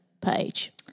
page